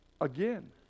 Again